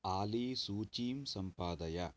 आली सूचीं सम्पादय